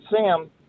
Sam